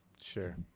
sure